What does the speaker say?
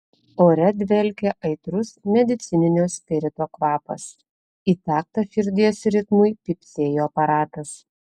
ore dvelkė aitrus medicininio spirito kvapas į taktą širdies ritmui pypsėjo aparatas